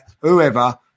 whoever